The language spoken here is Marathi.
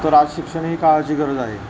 तर आज शिक्षण ही काळाची गरज आहे